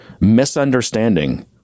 misunderstanding